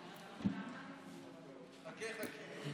חכה, חכה.